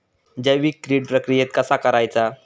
जैविक कीड प्रक्रियेक कसा करायचा?